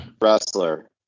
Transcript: wrestler